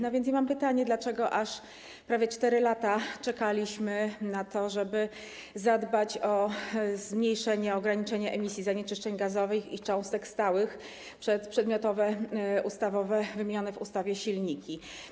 No więc ja mam pytanie: Dlaczego aż prawie 4 lata czekaliśmy na to, żeby zadbać o zmniejszenie, ograniczenie emisji zanieczyszczeń gazowych i cząstek stałych przez przedmiotowe, wymienione w ustawie silniki?